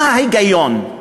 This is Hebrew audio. מה ההיגיון?